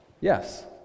yes